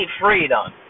freedom